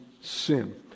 sin